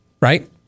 right